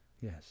Yes